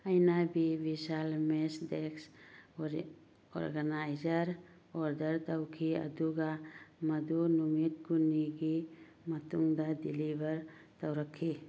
ꯑꯩꯅ ꯕꯤ ꯚꯤꯁꯥꯜ ꯃꯦꯁ ꯗꯦꯛꯁ ꯑꯣꯏꯒꯅꯥꯏꯖꯔ ꯑꯣꯔꯗꯔ ꯇꯧꯈꯤ ꯑꯗꯨꯒ ꯃꯗꯨ ꯅꯨꯃꯤꯠ ꯀꯨꯟꯅꯤ ꯃꯇꯨꯡꯗ ꯗꯤꯂꯤꯚꯔ ꯇꯧꯔꯛꯈꯤ